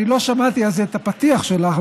אני לא שמעתי את הפתיח שלך,